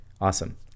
Awesome